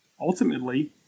ultimately